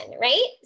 right